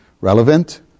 relevant